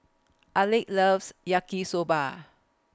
Alek loves Yaki Soba